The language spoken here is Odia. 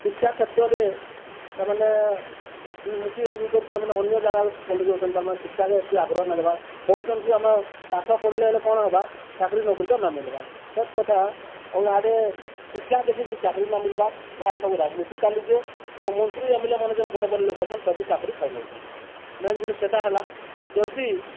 ଶିକ୍ଷା କ୍ଷେତ୍ରରେ ତାମାନେ ବିମୁଖୀ ହେଇଯାଇ କରି ତାର୍ମାନେ ଅନ୍ୟ ଜାଗାକୁ ପଳେଇ ଯାଉଚନ୍ ତାର୍ମାନେ ଶିକ୍ଷାକେ ହେତିକି ଆଗ୍ରହ ନାଇଁ ଦେବାର୍ କହୁଚନ୍ କି ଆମେ ପାଠ ପଢ଼ିଲେ ହେଲେ କଣ ହବା ଚାକିରୀ ନକରି ତ ନାଇ ମିଲ୍ବାର୍ ସତ୍ କଥା ଆଉ ୟାଡ଼େ ଶିକ୍ଷା ଦେଖିକରି ଚାକିରି ନା ମିଲ୍ବାର୍ ଇହାଦେ ସବୁ ରାଜ୍ନୀତି ଚାଲିଚେ ଆଉ ମନ୍ତ୍ରୀ ଏମ୍ଏଲ୍ଏମାନେ ଯେନ୍ ବଡ଼୍ ବଡ଼୍ ଲୋକ ଅଛନ୍ ସବୁ ଚାକିରି ଖାଇ ନଉଛନ୍ ମେନ୍ ଜିନିଷ୍ ସେଟା ହେଲା ଯଦି